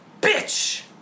Bitch